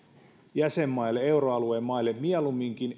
jäsenmaille euroalueen maille mieluumminkin